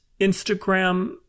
Instagram